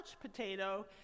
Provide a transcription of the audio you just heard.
potato